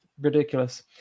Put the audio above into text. Ridiculous